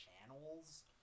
channels